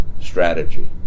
strategy